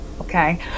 okay